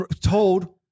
Told